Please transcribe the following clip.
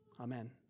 Amen